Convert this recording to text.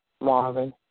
Marvin